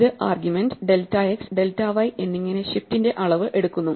ഇത് argument delta x delta y എന്നിങ്ങനെ ഷിഫ്റ്റിന്റെ അളവ് എടുക്കുന്നു